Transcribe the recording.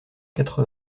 quatre